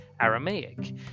Aramaic